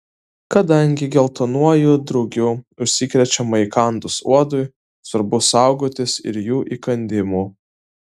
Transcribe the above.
kadangi geltonuoju drugiu užsikrečiama įkandus uodui svarbu saugotis ir jų įkandimų